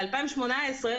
ב-2018,